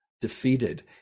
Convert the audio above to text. defeated